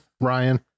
Ryan